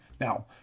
Now